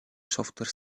software